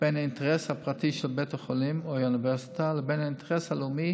בין האינטרס הפרטי של בית החולים או האוניברסיטה לבין האינטרס הלאומי,